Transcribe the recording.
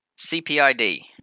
CPID